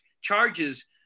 charges